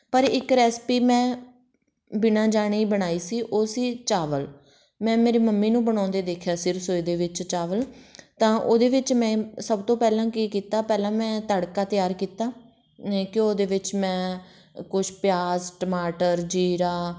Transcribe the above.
ਪਰ ਇੱਕ ਰੈਸਪੀ ਮੈਂ ਬਿਨਾਂ ਜਾਣੇ ਹੀ ਬਣਾਈ ਸੀ ਉਹ ਸੀ ਚਾਵਲ ਮੈਂ ਮੇਰੀ ਮੰਮੀ ਨੂੰ ਬਣਾਉਂਦੇ ਦੇਖਿਆ ਸੀ ਰਸੋਈ ਦੇ ਵਿੱਚ ਚਾਵਲ ਤਾਂ ਉਹਦੇ ਵਿੱਚ ਮੈਂ ਸਭ ਤੋਂ ਪਹਿਲਾਂ ਕੀ ਕੀਤਾ ਪਹਿਲਾਂ ਮੈਂ ਤੜਕਾ ਤਿਆਰ ਕੀਤਾ ਮ ਘਿਓ ਦੇ ਵਿੱਚ ਮੈਂ ਕੁਛ ਪਿਆਜ਼ ਟਮਾਟਰ ਜ਼ੀਰਾ